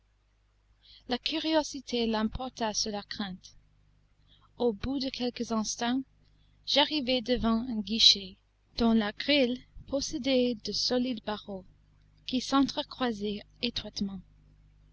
la curiosité l'emporta sur la crainte au bout de quelques instants j'arrivai devant un guichet dont la grille possédait de solides barreaux qui s'entre-croisaient étroitement